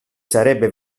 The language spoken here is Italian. sarebbe